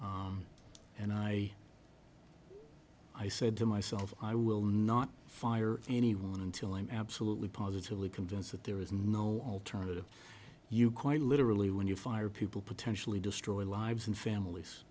and i i said to myself i will not fire anyone until i'm absolutely positively convinced that there is no alternative you quite literally when you fire people potentially destroy lives and families